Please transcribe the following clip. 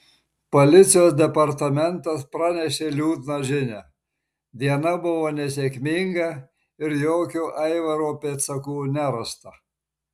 policijos departamentas pranešė liūdną žinią diena buvo nesėkminga ir jokių aivaro pėdsakų nerasta